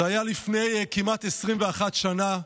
זה היה לפני כמעט 21 שנה,